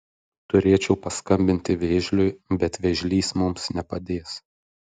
turėčiau paskambinti vėžliui bet vėžlys mums nepadės